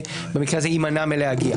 במקרה הזה הו אלא יימנע מלהגיע.